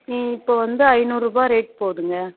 இப்போ வந்து ஐந்நூறுரூபா ரேட் போகுதுங்க